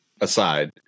aside